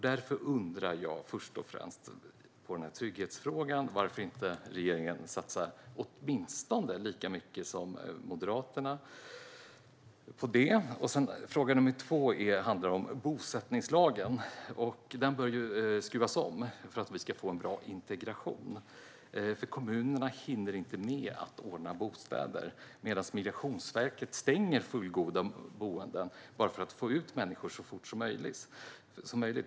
Därför undrar jag varför regeringen inte vill satsa åtminstone lika mycket som Moderaterna på detta med trygghet. Min andra fråga handlar om bosättningslagen. Den bör ju skruvas om för att vi ska få en bra integration. Kommunerna hinner inte med att ordna bostäder medan Migrationsverket stänger fullgoda boenden för att få ut människor så fort som möjligt.